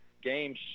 game